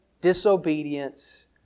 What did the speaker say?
disobedience